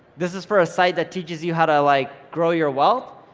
this is for a site that teaches you how to like grow your wealth,